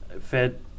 Fed